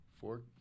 Four